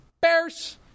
Bears